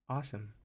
Awesome